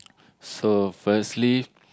so firstly